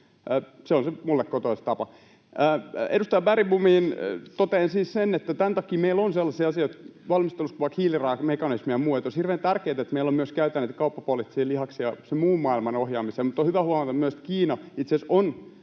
Se on se minulle kotoisa tapa. Edustaja Bergbomille totean siis, että tämän takia meillä on sellaisia asioita valmistelussa kuin vaikka hiilirajamekanismi ja muuta, että olisi hirveän tärkeätä, että meillä on myös käyttää näitä kauppapoliittisia lihaksia sen muun maailman ohjaamiseen. Mutta on hyvä huomata myös, että Kiina itse asiassa on